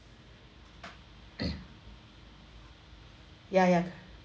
ya ya